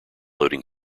loading